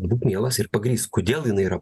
būk mielas ir pagrįsk kodėl jinai yra